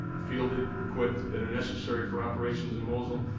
fielded, equipped that are necessary for operations in mosul.